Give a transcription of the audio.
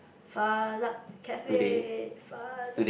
Cafe